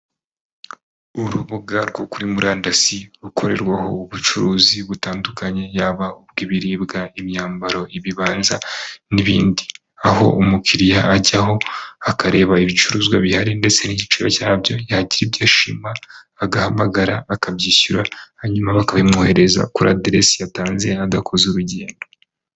Urubuga rwo kuri murandasi, rukorerwaho ubucuruzi butandukanye, yaba ubw'ibiribwa, imyambaro, ibibanza, n'ibindi, aho umukiriya ajyaho, akareba ibicuruzwa bihari ndetse n'igiciro cyabyo, yagira ibyo ashima agahamagara akabyishyura, hanyuma bakabimwohereza kuri aderesi yatanze adakoze urugendo.